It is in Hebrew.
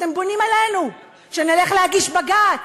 אתם בונים עלינו שנלך להגיש בג"ץ,